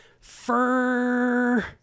fur